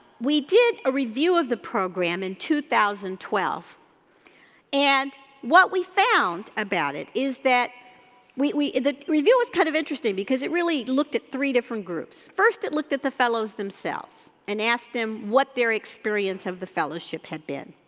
we did a review of the program in two thousand and twelve and what we found about it is that we, the review was kind of interesting because it really looked at three different groups. first it looked at the fellows themselves and asked them what their experience of the fellowship had been.